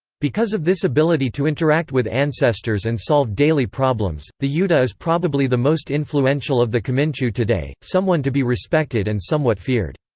because of this ability to interact with ancestors and solve daily problems, the yuta is probably the most influential of the kaminchu today, someone to be respected and somewhat feared.